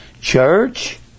church